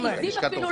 להם יש כבר את ---,